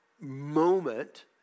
moment